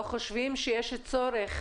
לא חושבים שיש צורך